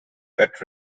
that